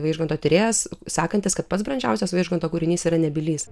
vaižganto tyrėjas sakantis kad pats brandžiausias vaižganto kūrinys yra nebylys